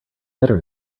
better